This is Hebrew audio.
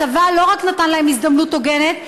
הצבא לא רק נתן להם הזדמנות הוגנת,